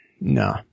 No